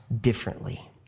differently